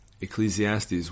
Ecclesiastes